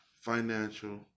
financial